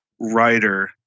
writer